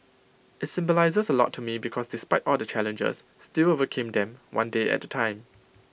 IT symbolises A lot to me because despite all the challenges still overcame them one day at A time